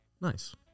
Nice